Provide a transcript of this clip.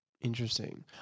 Interesting